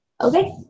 Okay